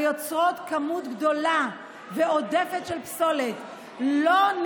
היוצרות כמות גדולה ועודפת של פסולת שאינה